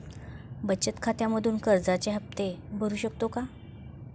बचत खात्यामधून कर्जाचे हफ्ते भरू शकतो का?